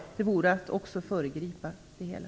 Det vore också att föregripa det hela.